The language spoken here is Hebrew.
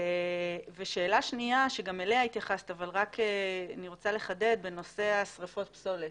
שאלה שנייה שגם אליה התייחסת אבל אני רוצה לחדד בנושא שריפות הפסולת.